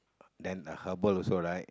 then uh herbal also right